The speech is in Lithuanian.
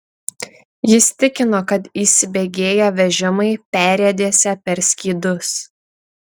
jis tikino kad įsibėgėję vežimai perriedėsią per skydus